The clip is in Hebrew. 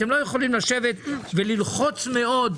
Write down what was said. אתם לא יכולים לשבת וללחוץ מאוד,